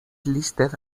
listed